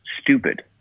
stupid